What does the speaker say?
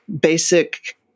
basic